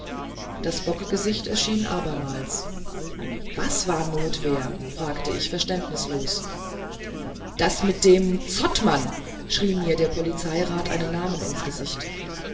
das bockgesicht erschien abermals was war notwehr fragte ich verständnislos das mit dem zottmann schrie mir der polizeirat einen namen ins gesicht